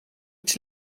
iets